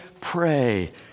pray